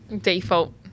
default